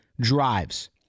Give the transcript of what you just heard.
drives